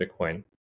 Bitcoin